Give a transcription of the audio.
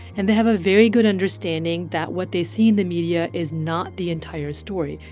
and they have a very good understanding that what they see in the media is not the entire story.